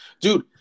Dude